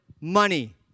money